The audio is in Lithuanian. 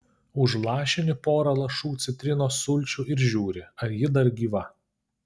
užlašini porą lašų citrinos sulčių ir žiūri ar ji dar gyva